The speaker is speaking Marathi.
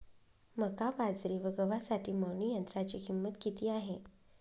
मका, बाजरी व गव्हासाठी मळणी यंत्राची किंमत किती आहे?